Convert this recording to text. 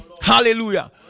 Hallelujah